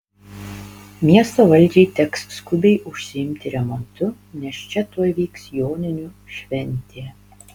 miesto valdžiai teks skubiai užsiimti remontu nes čia tuoj vyks joninių šventė